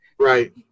right